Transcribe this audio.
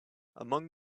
among